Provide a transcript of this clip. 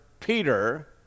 Peter